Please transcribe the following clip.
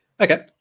okay